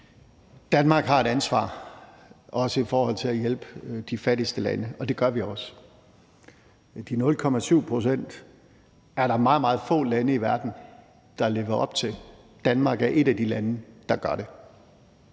Danmark har et ansvar, også i forhold til at hjælpe de fattigste lande, og det gør vi også. De 0,7 pct. er der meget, meget få lande i verden der lever op til. Danmark er et af de lande, der gør det.